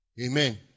amen